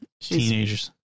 Teenagers